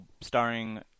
starring